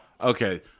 Okay